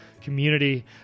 community